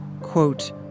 Quote